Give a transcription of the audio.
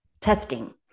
testing